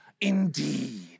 indeed